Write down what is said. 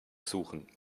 suchen